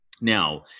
Now